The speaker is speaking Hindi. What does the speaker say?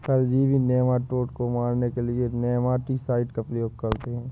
परजीवी नेमाटोड को मारने के लिए नेमाटीसाइड का प्रयोग करते हैं